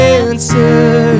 answer